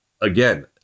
again